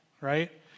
right